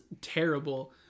terrible